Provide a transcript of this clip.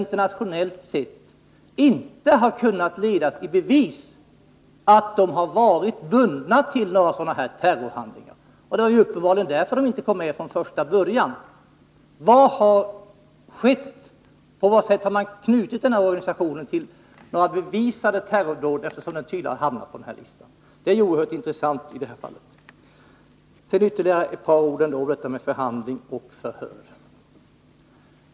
Internationellt sett har det inte kunnat ledas i bevis att den utfört några terrorhandlingar, och det var tydligen också detta som gjorde att organisationen inte fanns med på listan från början. På vad sätt har man knutit denna organisation till några bevisade terrordåd, om den nu har hamnat på denna lista? Det är oerhört intressant att få veta detta. Sedan ytterligare ett par ord om skillnaden mellan orden ”förhandling” och ”förhör”.